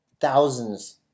thousands